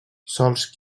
sols